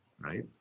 right